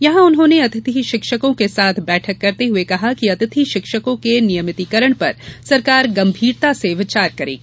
यहां उन्होंने अतिथि शिक्षकों के साथ बैठक करते हुए कहा कि अतिथि शिक्षकों के नियमितीकरण पर सरकार गंभीरता से विचार करेगी